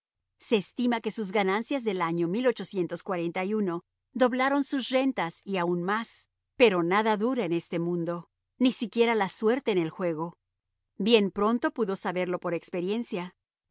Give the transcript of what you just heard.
se estima que sus ganancias del año doblaron sus rentas y aún más pero nada dura en este mundo ni siquiera la suerte en el juego bien pronto pudo saberlo por experiencia